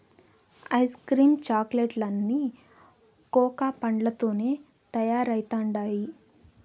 ice cream chocolate లన్నీ cocoa పండ్లతోనే తయారైతండాయి